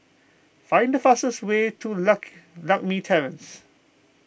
find the fastest way to Lak Lakme Terrace